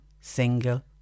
single